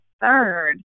third